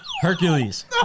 Hercules